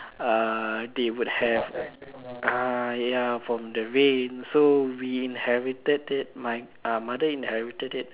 uh they would have uh ya from the rain so we inherited it my uh mother inherited it